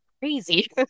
crazy